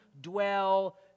dwell